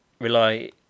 rely